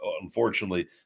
unfortunately